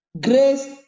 Grace